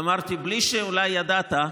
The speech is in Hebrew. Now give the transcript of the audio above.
אמרתי: אולי בלי שידעת,